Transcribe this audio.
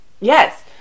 Yes